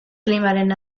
klimaren